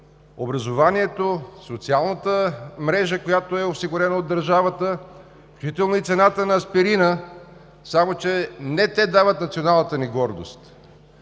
образованието, социалната мрежа, осигурена от държавата, включително и цената на аспирина, само че не те дават националната ни гордост.